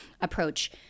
approach